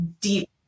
deep